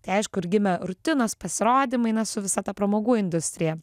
tai aišku ir gimė rutinos pasirodymai na su visa pramogų industrija